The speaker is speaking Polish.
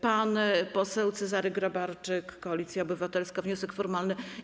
Pan poseł Cezary Grabarczyk, Koalicja Obywatelska, wniosek formalny.